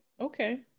Okay